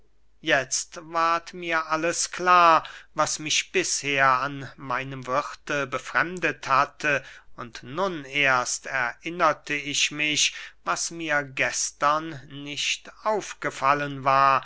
jetzt ward mir alles klar was mich bisher an meinem wirthe befremdet hatte und nun erst erinnerte ich mich was mir gestern nicht aufgefallen war